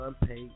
unpaid